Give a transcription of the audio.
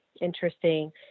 interesting